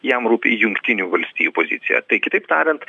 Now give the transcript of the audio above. jam rūpi jungtinių valstijų pozicija tai kitaip tariant